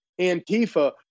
Antifa